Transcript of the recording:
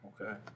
Okay